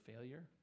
failure